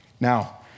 Now